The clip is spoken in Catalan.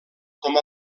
com